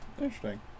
Interesting